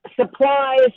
supplies